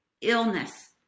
illness